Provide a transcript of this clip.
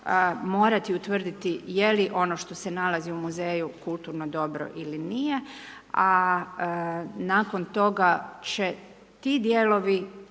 morati utvrditi, je li ono što se nalazi u muzeju kulturno dobro ili nije. A nakon toga, će ti dijelovi,